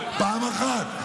פעם אחת,